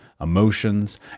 emotions